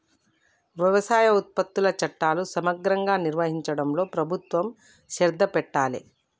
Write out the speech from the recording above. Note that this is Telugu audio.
వ్యవసాయ ఉత్పత్తుల చట్టాలు సమగ్రంగా నిర్వహించడంలో ప్రభుత్వం శ్రద్ధ పెట్టాలె